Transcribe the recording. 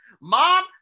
Mom